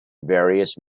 various